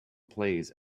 plays